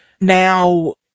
now